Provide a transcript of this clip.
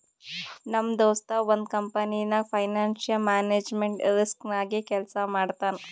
ನಮ್ ದೋಸ್ತ ಒಂದ್ ಕಂಪನಿನಾಗ್ ಫೈನಾನ್ಸಿಯಲ್ ಮ್ಯಾನೇಜ್ಮೆಂಟ್ ರಿಸ್ಕ್ ನಾಗೆ ಕೆಲ್ಸಾ ಮಾಡ್ತಾನ್